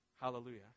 Hallelujah